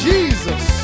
Jesus